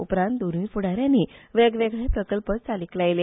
उपरांत दोनूय फुडारयांनी वेग वेगळे प्रकल्प चालीक लायले